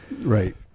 Right